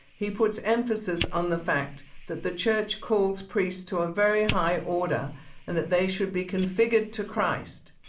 he puts emphasis on the fact that the church calls priests to a very high order and that they should be configured to christ.